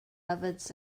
ovens